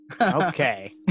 Okay